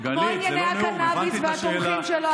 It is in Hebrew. כמו ענייני הקנביס והתומכים שלו.